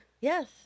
Yes